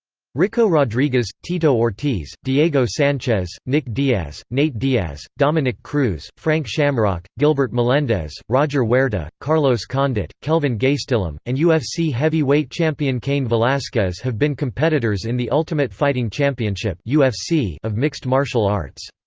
ricco rodriguez, tito ortiz, diego sanchez, nick diaz, nate diaz, dominick cruz, frank shamrock, gilbert melendez, roger huerta, carlos condit, kelvin gastelum, and ufc heavy weight champion cain velasquez have been competitors in the ultimate fighting championship of mixed martial arts.